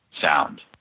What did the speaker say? sound